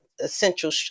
essential